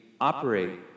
operate